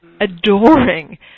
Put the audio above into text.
adoring